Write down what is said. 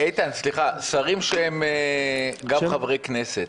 איתן, סליחה, שרים שהם גם חברי כנסת?